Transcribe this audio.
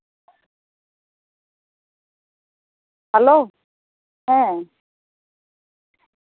hello ᱦᱮᱸ